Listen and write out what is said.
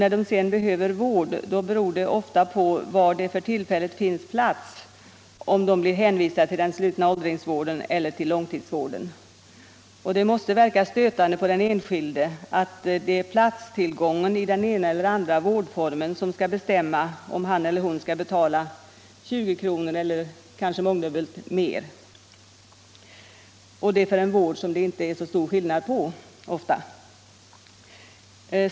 När de behöver vård beror det ofta på var det för tillfället finns plats om de blir hänvisade till den slutna åldringsvården eller till långtidsvården. Det måste verka stötande för den enskilde att det är platstillgången i den ena eller andra vårdformen som skall bestämma om han eller hon skall betala 20 kr. eller kanske mångdubbelt mer för en vård som det ofta inte är så stor skillnad på.